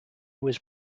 was